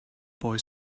boy